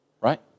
Right